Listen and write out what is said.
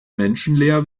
menschenleer